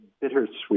bittersweet